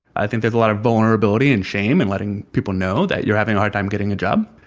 i think there's a lot of vulnerability and shame in letting people know that you're having a hard time getting a job,